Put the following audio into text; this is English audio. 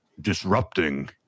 Disrupting